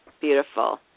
Beautiful